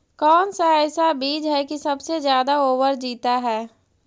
कौन सा ऐसा बीज है की सबसे ज्यादा ओवर जीता है?